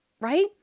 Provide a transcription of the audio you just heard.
right